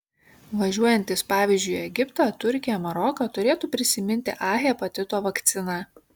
važiuojantys pavyzdžiui į egiptą turkiją maroką turėtų prisiminti a hepatito vakciną